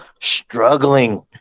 struggling